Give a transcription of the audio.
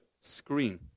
screen